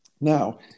Now